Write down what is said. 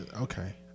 okay